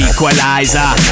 Equalizer